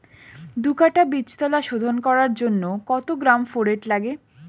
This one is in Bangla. দু কাটা বীজতলা শোধন করার জন্য কত গ্রাম ফোরেট লাগে?